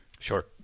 Sure